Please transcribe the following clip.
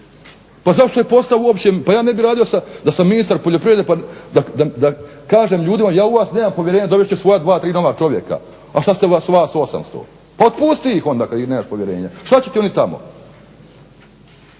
koji tamo rade? Pa ja ne bih radio da sam ministar poljoprivrede da kažem ljudima ja u vas nemam povjerenja, dovest ću svoja dva, tri nova čovjeka. A što je s vas 800? Pa otpusti ih onda kada u njih nemaš povjerenja. Što će ti oni tamo?